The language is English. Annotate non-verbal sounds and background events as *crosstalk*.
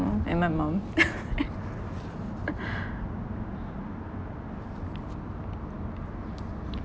more and my mom *laughs* *breath* *noise*